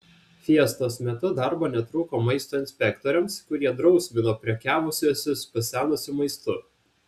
fiestos metu darbo netrūko maisto inspektoriams kurie drausmino prekiavusiuosius pasenusiu maistu